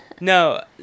No